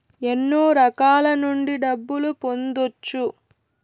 ఎన్నో రకాల నుండి డబ్బులు పొందొచ్చు